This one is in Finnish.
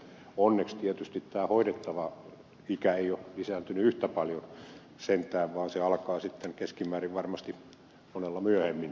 onneksi tietysti tämä hoidettava aika ei ole lisääntynyt yhtä paljon sentään vaan se hoito alkaa sitten monella keskimäärin myöhemmin